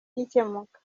gikemuka